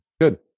Good